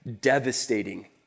devastating